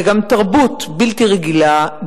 וגם תרבות בלתי רגילה,